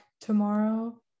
tomorrow